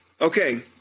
Okay